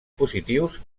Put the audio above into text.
positius